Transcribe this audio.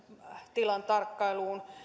tilan tarkkailuun